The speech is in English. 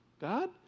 God